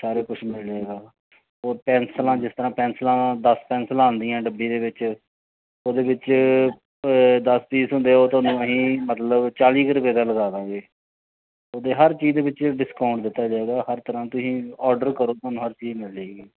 ਸਾਰਾ ਕੁਛ ਮਿਲ ਜਾਵੇਗਾ ਉਹ ਪੈਨਸਲਾਂ ਜਿਸ ਤਰ੍ਹਾਂ ਪੈਨਸਲਾਂ ਦਸ ਪੈਨਸਲਾਂ ਆਉਂਦੀਆਂ ਡੱਬੀ ਦੇ ਵਿੱਚ ਉਹਦੇ ਵਿੱਚ ਦਸ ਪੀਸ ਹੁੰਦੇ ਉਹ ਤੁਹਾਨੂੰ ਅਸੀਂ ਮਤਲਬ ਚਾਲੀ ਕੁ ਰੁਪਏ ਦਾ ਲਗਾ ਦੇਵਾਂਗੇ ਅਤੇ ਹਰ ਚੀਜ਼ ਦੇ ਵਿੱਚ ਡਿਸਕਾਊਂਟ ਦਿੱਤਾ ਜਾਵੇਗਾ ਹਰ ਤਰ੍ਹਾਂ ਤੁਸੀਂ ਔਡਰ ਕਰੋ ਤੁਹਾਨੂੰ ਹਰ ਚੀਜ਼ ਮਿਲ ਜਾਵੇਗੀ